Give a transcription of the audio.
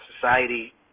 society